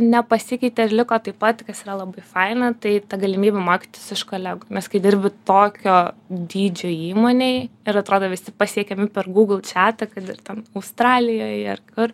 nepasikeitė ir liko taip pat kas yra labai faina tai ta galimybė mokytis iš kolegų mes kai dirbi tokio dydžio įmonėj ir atrodo visi pasiekiami per google čiatą kad ir ten australijoj ar kur